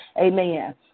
Amen